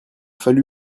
fallu